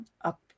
up